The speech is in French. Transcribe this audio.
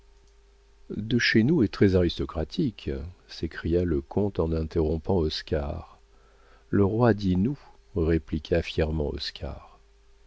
de chez nous est très aristocratique s'écria le comte en interrompant oscar le roi dit nous répliqua fièrement